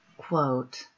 Quote